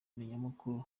makuru